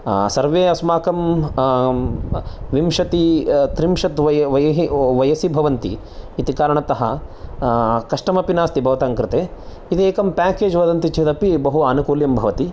सर्वे अस्माकं विंशति त्रिंशत् वयहि वयसी भवन्ति इति कारणतः कष्टमपि नास्ति भवतां कृते यदि एकं पैकेज् वदन्ति चेदपि बहु आनुकुल्यम् भवति